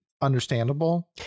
understandable